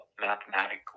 mathematical